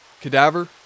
cadaver